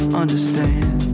understand